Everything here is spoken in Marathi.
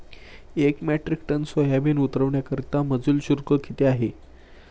एक मेट्रिक टन सोयाबीन उतरवण्याकरता मजूर शुल्क किती आहे?